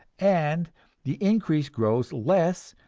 and the increase grows less,